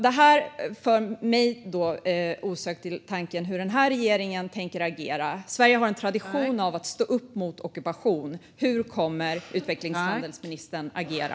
Det här för mig osökt till frågan hur den här regeringen tänker agera. Sverige har en tradition av att stå upp mot ockupation. Hur kommer bistånds och utrikeshandelsministern att agera?